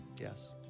Yes